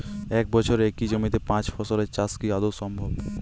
এক বছরে একই জমিতে পাঁচ ফসলের চাষ কি আদৌ সম্ভব?